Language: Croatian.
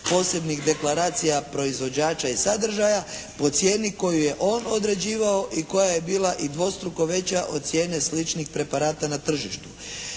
posebnih deklaracija proizvođača i sadržaja, po cijeni koju je on određivao i koja je bila i dvostruko veća od cijene sličnih preparata na tržištu.